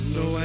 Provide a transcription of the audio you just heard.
no